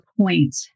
point